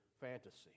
fantasy